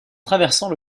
traversant